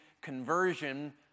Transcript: Conversion